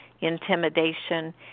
intimidation